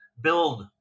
build